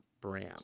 Bram